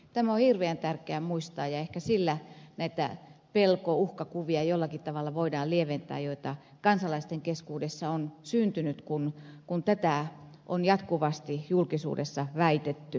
tämä on hirveän tärkeä muistaa ja ehkä sillä näitä pelkoja uhkakuvia jollakin tavalla voidaan lieventää joita kansalaisten keskuudessa on syntynyt kun tätä on jatkuvasti julkisuudessa väitetty